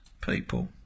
people